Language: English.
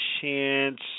chance